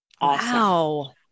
Wow